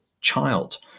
child